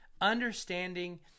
understanding